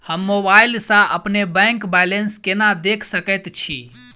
हम मोबाइल सा अपने बैंक बैलेंस केना देख सकैत छी?